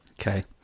okay